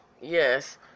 yes